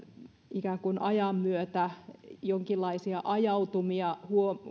ikään kuin ajan myötä jonkinlaisia ajautumia